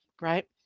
right